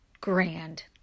grand